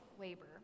labor